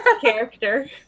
character